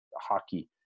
hockey